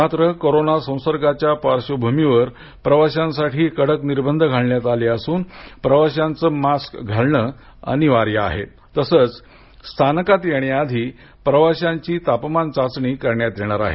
मात्र कोरोना संसर्गाच्या पार्श्वभूमीवर प्रवाशांसाठी कडक निर्बंध घालण्यात आले असून प्रवाशांचं मास्क घालण अनिवार्य आहे तसंच स्थानकात येण्याआधी प्रवाशांची तापमान चाचणी करण्यात येणार आहे